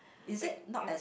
wait